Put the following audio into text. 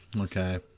Okay